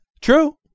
true